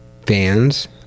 Fans